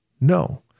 No